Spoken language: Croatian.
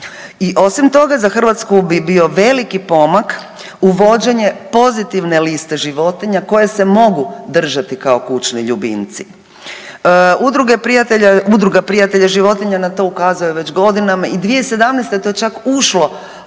I osim toga za Hrvatsku bi bio veliki pomak uvođenje pozitivne liste životinja koje se mogu držati kao kućni ljubimci. Udruga prijatelja životinja na to ukazuje već godinama i 2017. je to čak ušlo